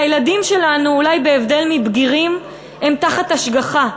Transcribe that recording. והילדים שלנו, אולי בהבדל מבגירים, הם תחת השגחה,